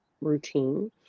routine